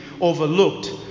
overlooked